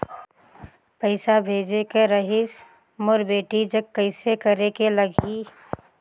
पइसा भेजेक रहिस मोर बेटी जग कइसे करेके लगही?